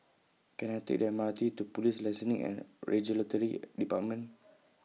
Can I Take The M R T to Police Licensing and Regulatory department